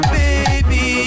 baby